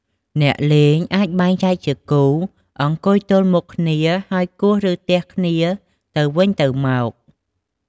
អ្នកលេងអាចបែងចែកជាគូ អង្គុយទល់មុខគ្នាហើយគោះ ឬទះគ្នាទៅវិញទៅមក។